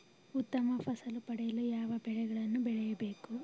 ಉತ್ತಮ ಫಸಲು ಪಡೆಯಲು ಯಾವ ಬೆಳೆಗಳನ್ನು ಬೆಳೆಯಬೇಕು?